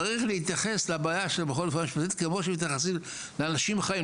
צריך להתייחס לבעיה של המכון לרפואה משפטית כמו שמתייחסים לאנשים חיים,